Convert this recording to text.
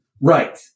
Right